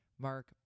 Mark